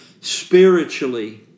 spiritually